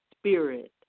spirit